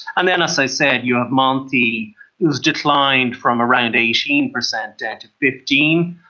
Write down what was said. and then, as i said, you have monti who has declined from around eighteen percent down to fifteen